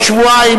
רק בעוד שבועיים,